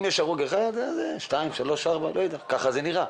אם יש הרוג אחד או שניים ככה זה נראה,